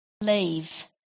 leave